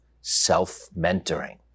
self-mentoring